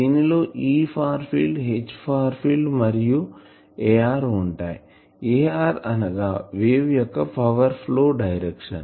దీని లో E far field H far field మరియు ar ఉంటాయి ar అనగా వేవ్ యొక్క పవర్ ఫ్లో డైరెక్షన్